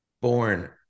born